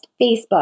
Facebook